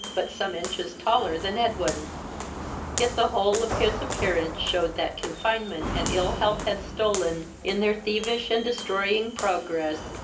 but some inches taller than edwin yet the whole of his appearance shewed that confinement and ill health had stolen, in their thievish and destroying progress,